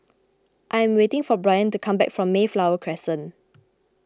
I am waiting for Bryant to come back from Mayflower Crescent